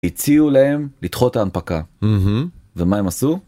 הציעו להם לדחות ההנפקה, ומה הם עשו?